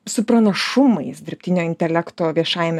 su pranašumais dirbtinio intelekto viešajame